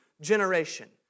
generation